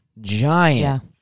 giant